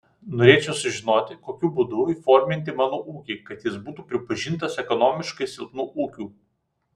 norėčiau sužinoti kokiu būdu įforminti mano ūkį kad jis būtų pripažintas ekonomiškai silpnu ūkiu